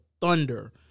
thunder